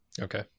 Okay